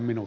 hienoa